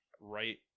right